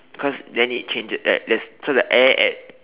cause then it change like there's that so the air at